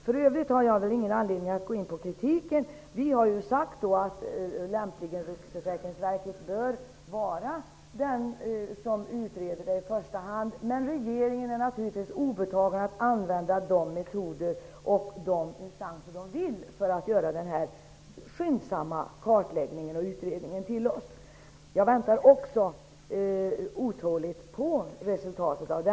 För övrigt har jag ingen anledning att gå in på kritiken. Vi har sagt att lämpligen Riksförsäkringsverket bör vara den som i första hand utreder detta, men det är naturligtvis regeringen obetaget att använda de metoder och instanser man vill för att göra denna skyndsamma kartläggning och utredning för oss. Jag väntar också otåligt på resultatet.